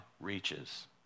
reaches